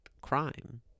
crime